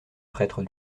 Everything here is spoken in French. prêtre